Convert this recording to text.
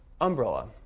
umbrella